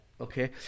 okay